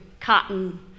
cotton